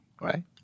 right